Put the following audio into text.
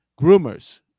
groomers